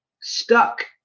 stuck